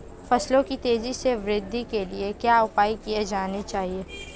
फसलों की तेज़ी से वृद्धि के लिए क्या उपाय किए जाने चाहिए?